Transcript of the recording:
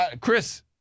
Chris